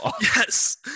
Yes